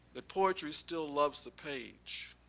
that poetry still loves the page